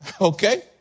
Okay